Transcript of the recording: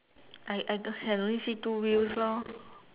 I I c~ can only see two wheels lor